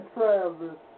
Travis